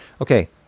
Okay